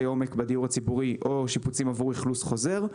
עומק בדיור הציבורי או שיפוצים עבור אכלוס חוזר.